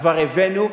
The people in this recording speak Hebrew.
כבר הבאנו,